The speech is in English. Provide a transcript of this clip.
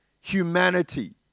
humanity